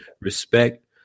respect